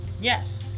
Yes